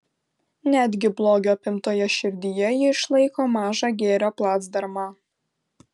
netgi blogio apimtoje širdyje ji išlaiko mažą gėrio placdarmą